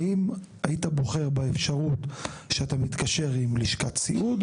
האם היית בוחר באפשרות להתקשר עם לשכת סיעוד,